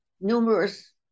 numerous